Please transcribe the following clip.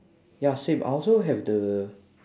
ya same I also have the